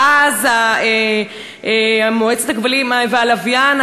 ואז המועצה לשידורי כבלים ולשידורי לוויין,